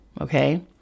okay